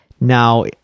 Now